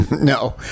No